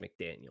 McDaniel